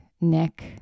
neck